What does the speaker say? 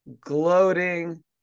gloating